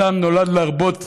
אדם נולד להרבות